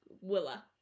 Willa